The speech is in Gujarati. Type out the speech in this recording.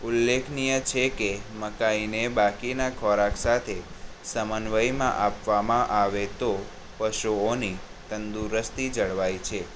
ઉલ્લેખનીય છે કે મકાઈને બાકીના ખોરાક સાથે સમન્વયમાં આપવામાં આવે તો પશુઓની તંદુરસ્તી જળવાય છે